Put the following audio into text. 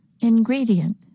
Ingredient